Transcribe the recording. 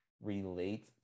relate